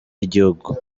y’igihugu